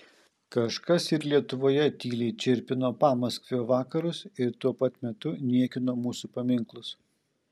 kažkas ir lietuvoje tyliai čirpino pamaskvio vakarus ir tuo pat metu niekino mūsų paminklus